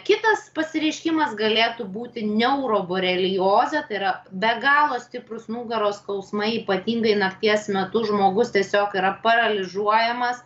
kitas pasireiškimas galėtų būti neuroboreliozė tai yra be galo stiprūs nugaros skausmai ypatingai nakties metu žmogus tiesiog yra paralyžiuojamas